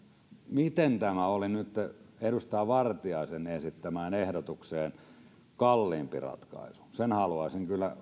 miten tämä oli nytten edustaja vartiaisen esittämää ehdotusta kalliimpi ratkaisu sen haluaisin kyllä